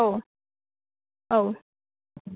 औ औ